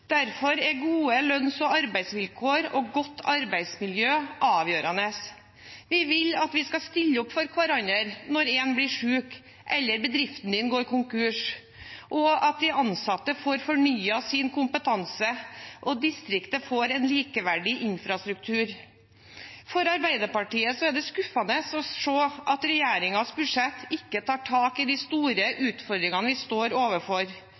Derfor er gode lønns- og arbeidsvilkår og godt arbeidsmiljø avgjørende. Vi vil at vi skal stille opp for hverandre når én blir syk eller bedriften din går konkurs, at de ansatte får fornyet sin kompetanse, og at distriktet får en likeverdig infrastruktur. For Arbeiderpartiet er det skuffende å se at regjeringens budsjettforslag ikke tar tak i de store utfordringene vi står overfor.